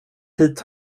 hit